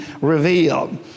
revealed